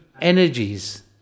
energies